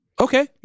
Okay